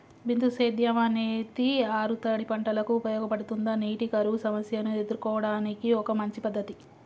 బిందు సేద్యం అనేది ఆరుతడి పంటలకు ఉపయోగపడుతుందా నీటి కరువు సమస్యను ఎదుర్కోవడానికి ఒక మంచి పద్ధతి?